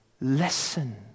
Listen